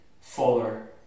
fuller